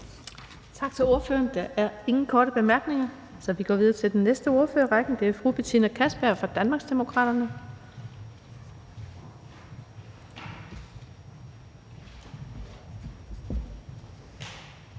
Tak til ordføreren. Der er ingen korte bemærkninger. Vi går videre til den næste, og det er hr. Kim Edberg Andersen fra Danmarksdemokraterne.